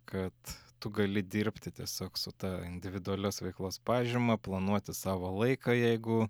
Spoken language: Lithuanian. kad tu gali dirbti tiesiog su ta individualios veiklos pažyma planuotis savo laiką jeigu